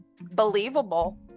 believable